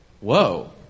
Whoa